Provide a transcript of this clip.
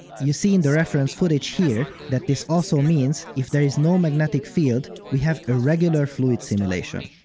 you see in the reference footage here that this also means if there is no magnetic field, we have a regular fluid simulation.